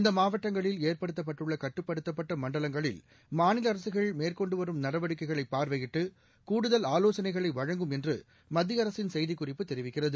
இந்த மாவட்டங்களில் ஏற்படுத்தப்பட்டுள்ள கட்டுப்படுத்தப்பட்ட மண்டலங்களில் மாநில அரசுகள் மேற்கொண்டு வரும் நடவடிக்கைகளை பார்வையிட்டு கூடுதல் ஆலோசனைகளை வழங்கும் என்று மத்திய அரசின் செய்திக்குறிப்பு தெரிவிக்கிறது